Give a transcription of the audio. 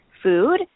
Food